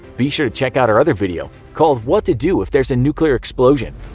be sure to check out our other video called what to do if there's a nuclear explosion.